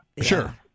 Sure